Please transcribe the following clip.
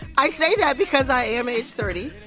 i say that because i am age thirty.